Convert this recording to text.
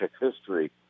history